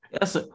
yes